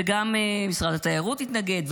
וגם משרד התיירות התנגד,